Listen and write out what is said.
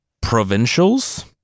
provincials